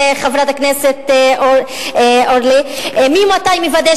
של חברת הכנסת אורלי: "מי ומתי מוודא